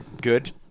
good